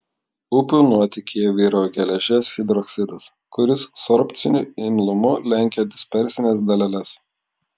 upių nuotėkyje vyrauja geležies hidroksidas kuris sorbciniu imlumu lenkia dispersines daleles